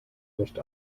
nicht